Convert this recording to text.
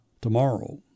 tomorrow